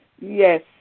Yes